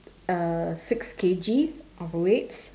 uh six K_G of weights